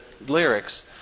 lyrics